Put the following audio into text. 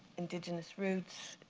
indigenous roots,